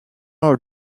our